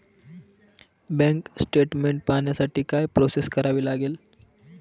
Bank statement पाहण्यासाठी काय process करावी लागेल?